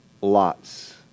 lots